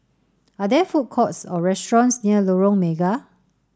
are there food courts or restaurants near Lorong Mega